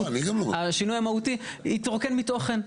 השינוי המהותי יתרוקן מתוכן.